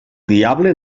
diable